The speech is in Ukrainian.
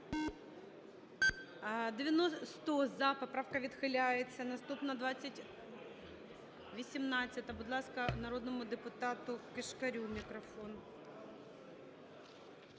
За-100 Поправка відхиляється. Наступна - 20… 18-а. Будь ласка, народному депутату Кишкарю мікрофон.